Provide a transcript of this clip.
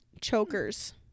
Chokers